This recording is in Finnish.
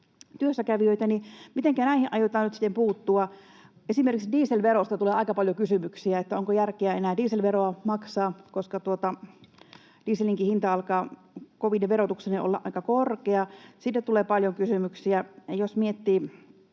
työssäkävijöitä, mitenkä näihin aiotaan nyt sitten puuttua? Esimerkiksi dieselverosta tulee aika paljon kysymyksiä, että onko järkeä enää dieselveroa maksaa, koska dieselinkin hinta alkaa kovine verotuksineen olla aika korkea. Jakeluvelvoitteellakin sitä